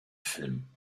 filmen